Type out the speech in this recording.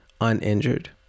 uninjured